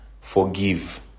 Forgive